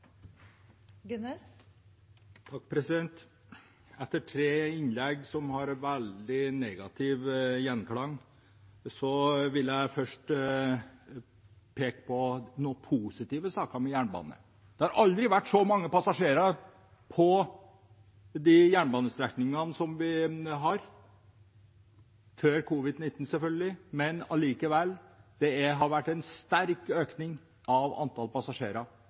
bare spør. Etter tre innlegg som har veldig negativ gjenklang, vil jeg først peke på noen positive saker innenfor jernbanen. Det har aldri vært så mange passasjerer på de jernbanestrekningene vi har – før covid-19, selvfølgelig, men likevel – det har vært en sterk økning